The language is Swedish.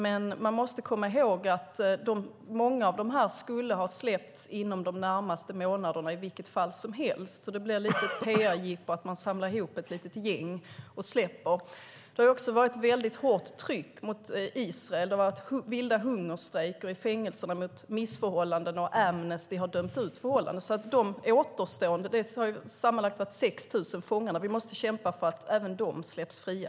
Men man måste komma ihåg att många av dem skulle ha släppts inom de närmaste månaderna i vilket fall som helst. Det blir ett PR-jippo att man släpper ett gäng samtidigt. Det har varit ett hårt tryck mot Israel. Det har varit vilda hungerstrejker i fängelserna mot missförhållanden, och Amnesty har dömt ut förhållandena. Vi måste kämpa för att även de återstående 6 000 fångarna släpps fria.